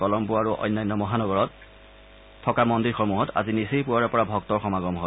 কলম্বো আৰু অন্যান্য মহানগৰত থকা মন্দিৰসমূহত আজি নিচেই পুৱাৰে পৰা ভক্তৰ সমাগম হয়